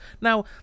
Now